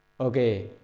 okay